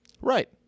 Right